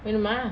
வேணுமா:venuma